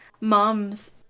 moms